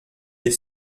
est